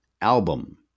album